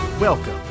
Welcome